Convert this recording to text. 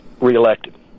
reelected